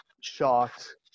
shocked